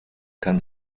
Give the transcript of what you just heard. kann